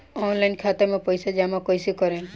Online खाता मे पईसा जमा कइसे करेम?